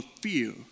fear